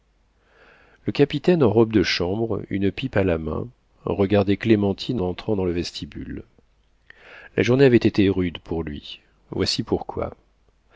le capitaine en robe de chambre une pipe à la main regardait clémentine entrant dans le vestibule la journée avait été rude pour lui voici pourquoi